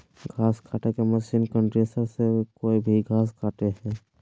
घास काटे के मशीन कंडीशनर से कोई भी घास कटे हइ